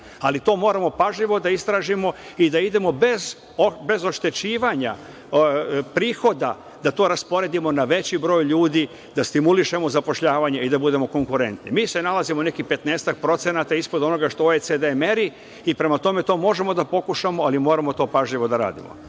li to moramo pažljivo da istražimo i da idemo bez oštećivanja prihoda, da to rasporedimo na veći broj ljudi, da stimulišemo zapošljavanje i da budemo konkurentni. Mi se nalazimo na nekih petnaestak procenata ispod onoga što OECD meri i, prema tome, to možemo da pokušamo, ali moramo to pažljivo da radimo.